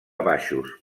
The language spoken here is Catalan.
baixos